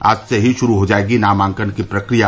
आज ही से शुरू हो जायेगी नामांकन की प्रक्रिया